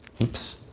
oops